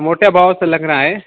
मोठ्या भावाचं लग्न आहे